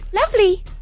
Lovely